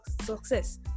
success